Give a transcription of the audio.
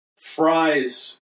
fries